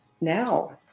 now